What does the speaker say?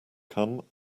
come